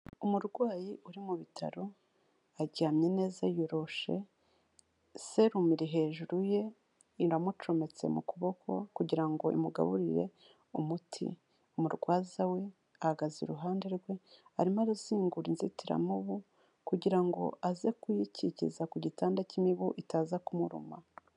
Umurwayi uri mu bitaro aryamye neza yoroshe serumu iri hejuru ye, iramucometse mu kuboko kugira ngo imugaburire umuti. Umurwaza we ahagaze iruhande rwe, arimo arazigura inzitiramubu kugira ngo aze kuyikikiza ku gitanda cye imibu itaza kumuruma.